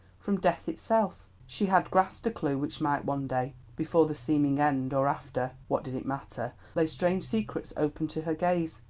from death itself? she had grasped a clue which might one day, before the seeming end or after what did it matter lay strange secrets open to her gaze.